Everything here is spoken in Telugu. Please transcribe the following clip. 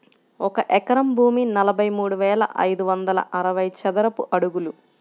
ఒక ఎకరం భూమి నలభై మూడు వేల ఐదు వందల అరవై చదరపు అడుగులు